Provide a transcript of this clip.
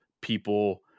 people